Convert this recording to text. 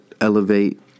Elevate